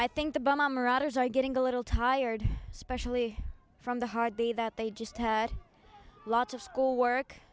i think the bomber otters are getting a little tired especially from the hard day that they just had lots of school work